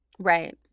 Right